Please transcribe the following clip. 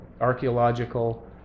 archaeological